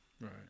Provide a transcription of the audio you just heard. Right